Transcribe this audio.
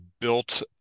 built